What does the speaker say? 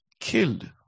killed